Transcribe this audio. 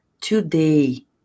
today